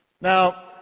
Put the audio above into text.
Now